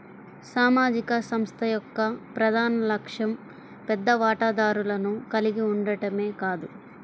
సామాజిక సంస్థ యొక్క ప్రధాన లక్ష్యం పెద్ద వాటాదారులను కలిగి ఉండటమే కాదు